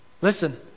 Listen